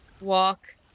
walk